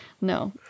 no